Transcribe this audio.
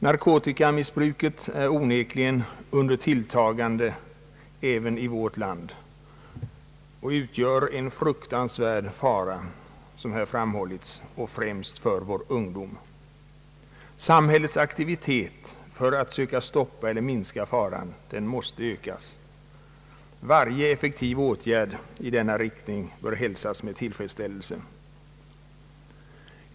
Narkotikamissbruket är onekligen under tilltagande även i vårt land och utgör en fruktansvärd fara, såsom här har framhållits, främst för vår ungdom. Samhällets aktivitet för att söka stoppa eller minska faran måste ökas. Varje effektiv åtgärd i denna riktning bör hälsas med tillfredsställelse.